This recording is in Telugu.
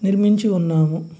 నిర్మించి ఉన్నాము